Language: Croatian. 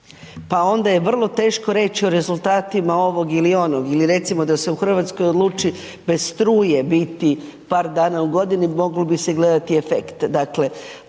pa onda je vrlo teško reći o rezultatima ovog ili onog ili recimo da se u Hrvatskoj odluči bez struje biti par dana u godini, moglo bi se gledati efekt.